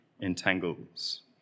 entangles